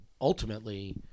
ultimately